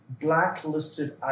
blacklisted